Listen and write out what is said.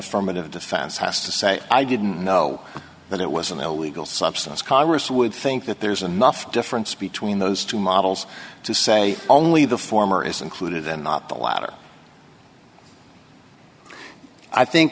affirmative defense has to say i didn't know that it was an illegal substance congress would think that there's enough difference between those two models to say only the former is included and not the latter i think